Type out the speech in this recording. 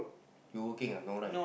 you working ah no right